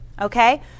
okay